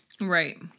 Right